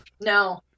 No